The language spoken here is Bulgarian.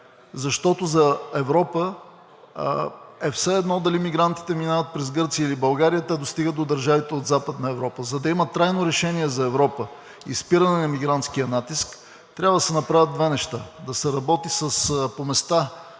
защото за Европа е все едно дали мигрантите минават през Гърция или България – те достигат до държавите от Западна Европа. За да има трайно решение за Европа и спиране на мигрантския натиск, трябва да се направят две неща – да се работи по места